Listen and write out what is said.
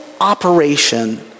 operation